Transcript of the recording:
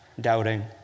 doubting